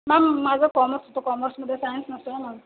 ma'am माझं commerce होतं कॉमर्समध्ये सायन्स नसतं ना मॅम